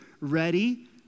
ready